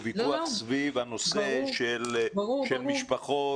זה ויכוח סביב הנושא של חשיפת משפחות